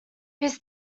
his